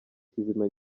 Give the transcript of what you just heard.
kizima